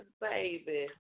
baby